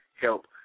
help